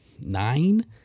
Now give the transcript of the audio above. nine